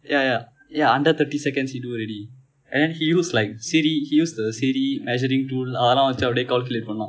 ya ya ya under thirty seconds he do already and then he use like siri he use the siri measuring tool அதல்லாம் வைத்து அப்படியே :athellam vaithu appadiye calculate பன்னுவான்:pannuvaan